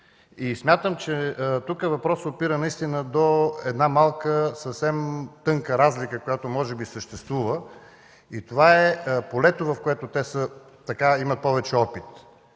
Смятам, че тук въпросът опира до една малка и много тънка разлика, която може би съществува, и това е полето, в което те имат повече опит.